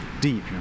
deep